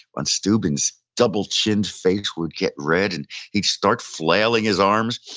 von steuben's double-chinned face would get red and he'd start flailing his arms.